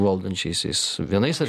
valdančiaisiais vienais ar